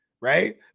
right